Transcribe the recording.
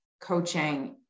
coaching